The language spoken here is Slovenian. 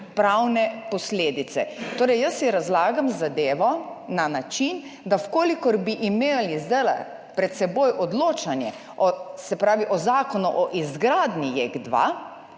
pravne posledice. Torej jaz si razlagam zadevo na način, da če bi imeli zdajle pred seboj odločanje o Zakonu o izgradnji JEK 2,